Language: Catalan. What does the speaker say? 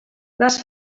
les